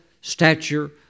stature